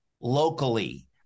locally